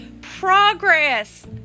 Progress